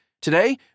Today